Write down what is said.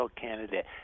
candidate